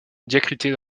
diacritée